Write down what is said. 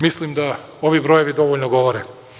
Mislim da ovi brojevi dovoljno govore.